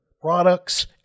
products